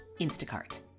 Instacart